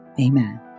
amen